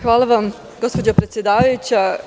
Hvala vam, gospođo predsedavajuća.